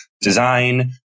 design